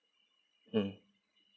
mm